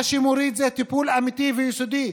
מה שמוריד זה טיפול אמיתי ויסודי.